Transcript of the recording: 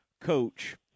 coach